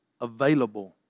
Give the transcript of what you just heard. available